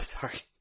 sorry